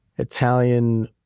italian